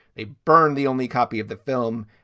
they burn the only copy of the film.